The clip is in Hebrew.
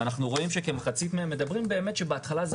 ואנחנו רואים שכמחצית מהם מדברים באמת שבהתחלה זה